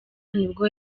nibwo